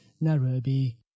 Nairobi